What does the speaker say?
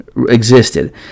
Existed